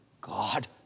God